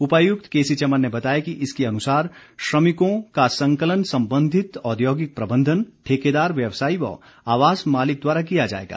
उपायुक्त K C Chaman ने बताया कि इसके अनुसार श्रमिकों का संकलन संबंधित औद्योगिक प्रबंधन ठेकेदार व्यवसायी व आवास मालिक द्वारा किया जाएगा